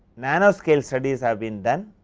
nano scale studies have been done,